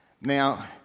now